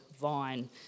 vine